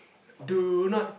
do not